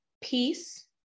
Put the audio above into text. peace